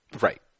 Right